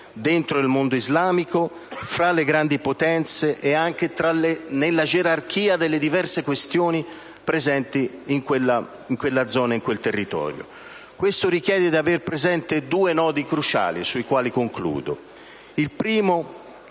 dentro il mondo islamico, fra le grandi potenze e anche nella gerarchia delle diverse questioni presenti in quella zona e in quel territorio. Questo richiede di aver presente due nodi cruciali, su cui concludo. Il primo,